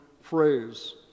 phrase